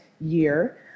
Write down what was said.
year